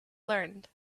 learned